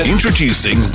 Introducing